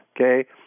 okay